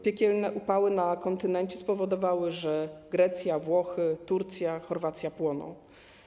Piekielne upały na kontynencie spowodowały, że Grecja, Włochy, Turcja, Chorwacja płoną.